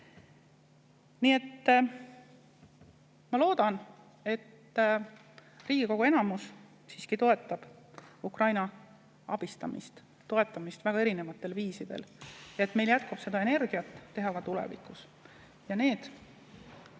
Nii et ma loodan, et Riigikogu enamus siiski toetab Ukraina abistamist ja toetamist väga erinevatel viisidel ja et meil jätkub energiat teha seda ka tulevikus. Need,